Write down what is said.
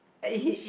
eh he